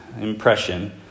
impression